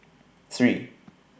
three